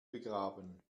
begraben